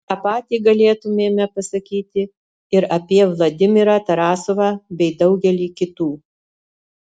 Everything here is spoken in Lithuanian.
tą patį galėtumėme pasakyti ir apie vladimirą tarasovą bei daugelį kitų